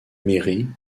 mairie